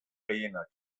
gehienak